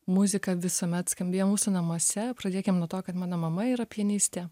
muzika visuomet skambėjo mūsų namuose pradėkim nuo to kad mano mama yra pianistė